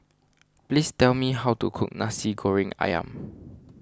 please tell me how to cook Nasi Goreng Ayam